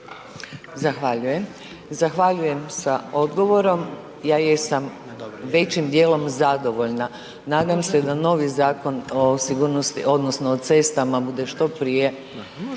Zahvaljujem. Zahvaljujem sa odgovorom, ja jesam većim dijelom zadovoljna. Nadam se da novi Zakona o sigurnosti odnosno o cestama bude što prije